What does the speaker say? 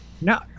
No